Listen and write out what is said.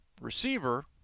receiver